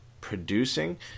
producing